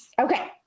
Okay